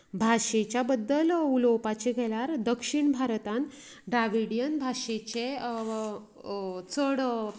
भाशेच्या बद्दल उलोवपाचे गेल्यार दक्षीण भारतान द्राविडियन भाशेचे चड